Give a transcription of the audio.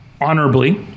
honorably